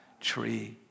tree